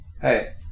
hey